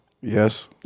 Yes